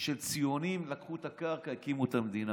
של ציונים לקחו את הקרקע והקימו את המדינה.